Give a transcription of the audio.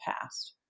past